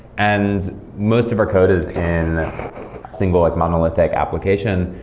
and most of our code is in single like monolithic application.